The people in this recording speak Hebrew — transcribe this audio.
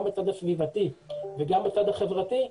גם בצד הסביבתי וגם בצד החברתי,